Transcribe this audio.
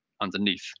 underneath